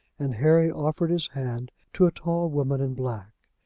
and harry offered his hand to a tall woman in black.